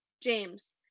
James